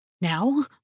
Now